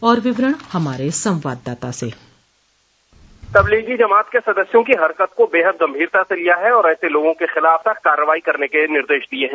और विवरण हमारे संवाददाता से मुख्यमंत्री ने तबलीगी जमात के सदस्यों की हरकत को बेहद गंभीरता से लिया है और ऐसे लोगों के खिलाफ सख्त कार्रवाई करने के निर्देश दिये हैं